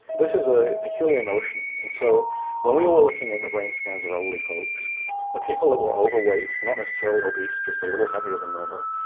this is a peculiar notion and so when we were looking at the brain scans of elderly folks the people who were overweight, not necessarily obese, just a little heavier than normal,